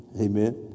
Amen